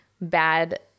bad